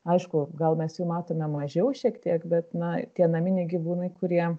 aišku gal mes jų matome mažiau šiek tiek bet na tie naminiai gyvūnai kurie